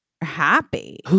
happy